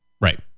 right